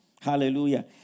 Hallelujah